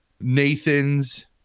Nathan's